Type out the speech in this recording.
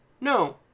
No